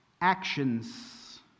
Actions